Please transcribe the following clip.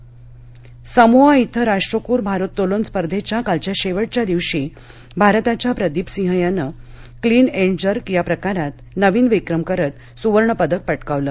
राष्ट्रक्ल भारोत्तोलन सामोआ इथं राष्ट्रकुल भारोत्तोलन स्पर्धेच्या कालच्या शेवटच्या दिवशी भारताच्या प्रदीप सिंह यानं क्लीन एंड जर्क या प्रकारात नवीन विक्रम करत सुवर्णपदक पटकावलं